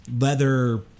leather